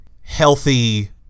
healthy